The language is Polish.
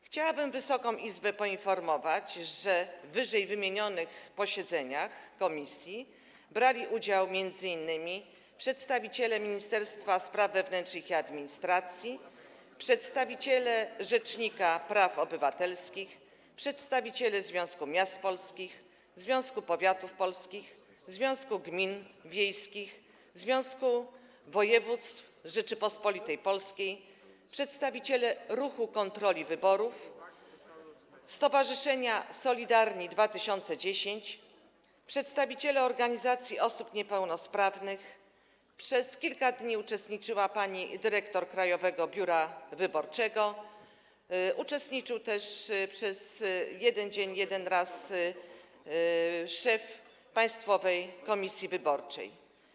Chciałabym Wysoką Izbę poinformować, że w ww. posiedzeniach komisji brali udział m.in. przedstawiciele Ministerstwa Spraw Wewnętrznych i Administracji, przedstawiciele rzecznika praw obywatelskich, przedstawiciele Związku Miast Polskich, Związku Powiatów Polskich, Związku Gmin Wiejskich, Związku Województw Rzeczypospolitej Polskiej, przedstawiciele Ruchu Kontroli Wyborów, Stowarzyszenia Solidarni 2010, przedstawiciele organizacji osób niepełnosprawnych, przez kilka dni uczestniczyła pani dyrektor Krajowego Biura Wyborczego, uczestniczył też przez 1 dzień, jeden raz szef Państwowej Komisji Wyborczej.